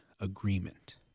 agreement